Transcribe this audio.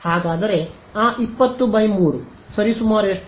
ಹಾಗಾದರೆ ಆ 20 3 ಸರಿಸುಮಾರು ಎಷ್ಟು